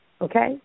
okay